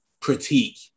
critique